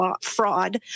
fraud